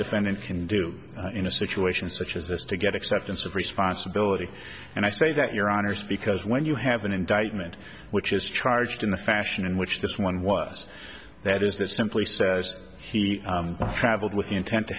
defendant can do in a situation such as this to get acceptance of responsibility and i say that your honors because when you have an indictment which is charged in the fashion in which this one was that is that simply says he traveled with the intent to